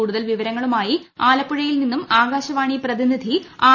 കൂടുതൽ വിവരങ്ങളുമായി ആലപ്പുഴയിൽ നിന്നും ആകാശവാണി പ്രതിനിധി ആർ